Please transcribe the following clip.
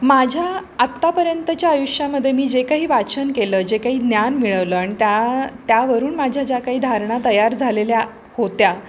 माझ्या आत्तापर्यंतच्या आयुष्यामध्ये मी जे काही वाचन केलं जे काही ज्ञान मिळवलं आणि त्या त्यावरून माझ्या ज्या काही धारणा तयार झालेल्या होत्या